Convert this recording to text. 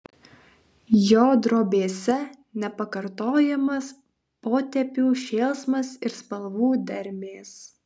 jo drobėse nepakartojamas potėpių šėlsmas ir spalvų dermės